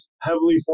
heavily